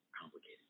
complicated